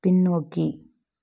பின்னோக்கி